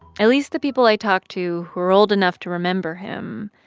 at least the people i talked to who were old enough to remember him,